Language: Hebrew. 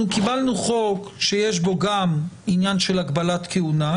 אנחנו קיבלנו חוק שיש בו גם עניין של הגבלת כהונה,